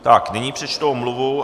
Tak, nyní přečtu omluvu.